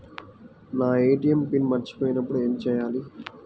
నా ATM PIN మర్చిపోయినప్పుడు ఏమి చేయాలి?